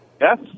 Yes